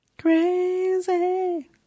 Crazy